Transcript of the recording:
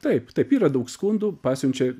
taip taip yra daug skundų pasiunčia